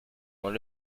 monde